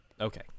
Okay